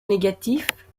négatifs